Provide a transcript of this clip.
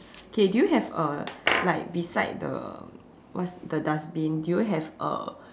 okay do you have a like beside the what's the dustbin do you have a